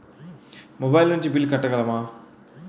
Mobile నుంచి bill కట్టగలమ?